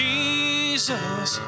Jesus